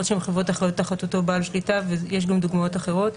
אותו בעל שליטה ויש גם דוגמאות אחרות.